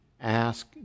ask